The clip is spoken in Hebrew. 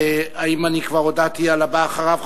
האם אני כבר הודעתי על הבא אחריו?